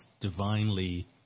divinely